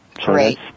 Great